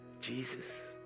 Jesus